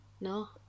No